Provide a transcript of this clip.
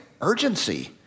urgency